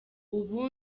ubu